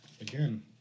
again